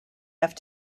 have